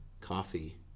coffee